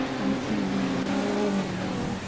exhaling, lowering down.